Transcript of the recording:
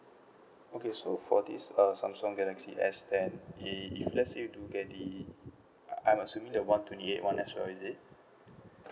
okay so for this uh Samsung galaxy S ten if if let's say do get the I'm assuming the [one] twenty eight one as well is it